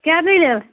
کیٛاہ دٔلیٖل